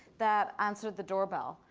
that answer the doorbell.